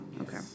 Okay